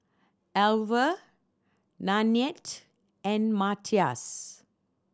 Alvah Nanette and Mathias